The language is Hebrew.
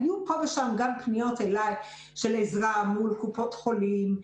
פה ושם היו גם פניות לעזרה מול קופות חולים,